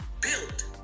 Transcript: built